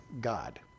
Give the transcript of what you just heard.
God